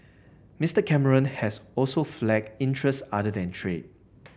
Mister Cameron has also flagged interests other than trade